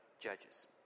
Judges